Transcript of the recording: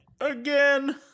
again